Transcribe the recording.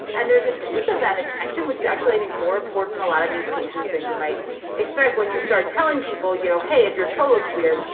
and there's a piece of that attention which is actually more important, a lot of these cases than you might expect when you start telling people, you know, hey, if your toe looks weird,